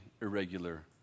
irregular